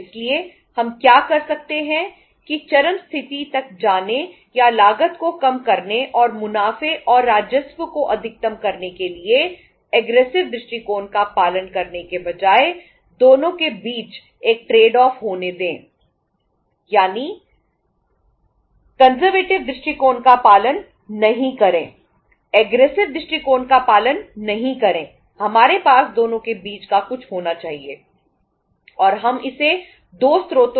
इसलिए हम क्या कर सकते हैं कि चरम स्थिति तक जाने या लागत को कम करने और मुनाफे और राजस्व को अधिकतम करने के लिए एग्रेसिव होने दें